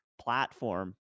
platform